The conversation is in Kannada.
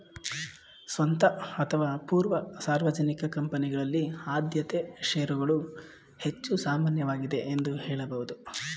ಸ್ವಂತ ಅಥವಾ ಪೂರ್ವ ಸಾರ್ವಜನಿಕ ಕಂಪನಿಗಳಲ್ಲಿ ಆದ್ಯತೆ ಶೇರುಗಳು ಹೆಚ್ಚು ಸಾಮಾನ್ಯವಾಗಿದೆ ಎಂದು ಹೇಳಬಹುದು